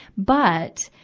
but,